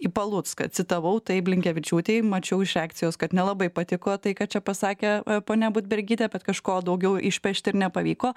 į palucką citavau tai blinkevičiūtei mačiau iš reakcijos kad nelabai patiko tai ką čia pasakė ponia budbergytė bet kažko daugiau išpešti ir nepavyko